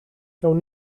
gawn